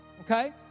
okay